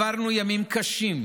עברנו ימים קשים,